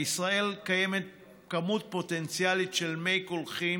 בישראל יש כמות פוטנציאלית של מי קולחים